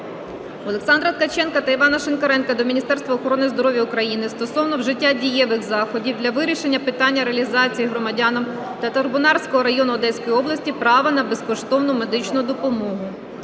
Олександра Ткаченка та Івана Шинкаренка до Міністерства охорони здоров'я України стосовно вжиття дієвих заходів для вирішення питання реалізації громадянам Татарбунарського району Одеської області права на безкоштовну медичну допомогу.